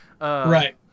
Right